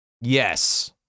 Yes